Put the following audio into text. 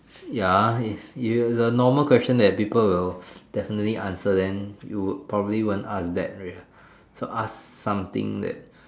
ya if you the normal question that people will definitely answer then you would probably won't ask that so ask something that